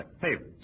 favorites